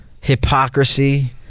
hypocrisy